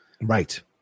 right